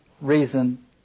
reason